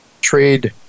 trade